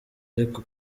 ariko